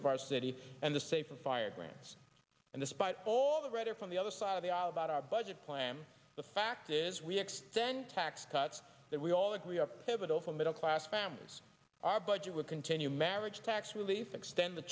of our city and the safe from fire grants and despite all the rhetoric from the other side of the aisle about our budget plan the fact is we extend tax cuts that we all agree are pivotal for middle class families our budget would continue marriage tax relief extend the